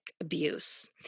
abuse